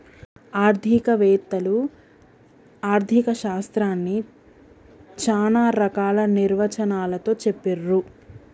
ఆర్థిక వేత్తలు ఆర్ధిక శాస్త్రాన్ని చానా రకాల నిర్వచనాలతో చెప్పిర్రు